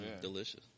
Delicious